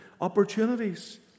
opportunities